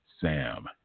Sam